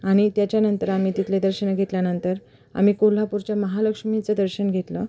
आणि त्याच्यानंतर आम्ही तिथले दर्शन घेतल्यानंतर आम्ही कोल्हापूरच्या महालक्ष्मीचं दर्शन घेतलं